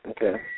Okay